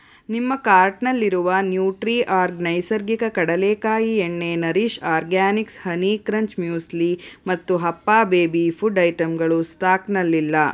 ನಿಮ್ಮ ಕಾರ್ಟ್ನಲ್ಲಿರುವ ನ್ಯೂಟ್ರಿಆರ್ಗ್ ನೈಸರ್ಗಿಕ ಕಡಲೇಕಾಯಿ ಎಣ್ಣೆ Nourish Organics honey crunch muesli ಮತ್ತು ಹಪ್ಪ ಬೇಬಿ ಫುಡ್ ಐಟಮ್ಗಳು ಸ್ಟಾಕ್ನಲ್ಲಿಲ್ಲ